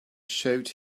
showed